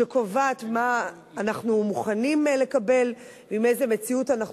שקובעת מה אנחנו מוכנים לקבל ועם איזו מציאות אנחנו